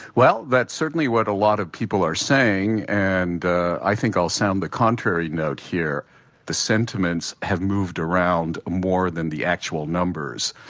well, that's certainly what a lot of people are saying, and i think i'll sound the contrary note here the sentiments have moved around more than the actual numbers.